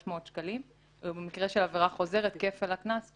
שקלים ובמקרה של עבירה חוזרת כפל הקנס,